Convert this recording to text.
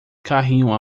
carrinho